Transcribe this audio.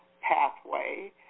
pathway